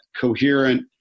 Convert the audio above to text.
coherent